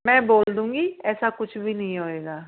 मैं बोल दूँगी ऐसा कुछ भी नहीं होगा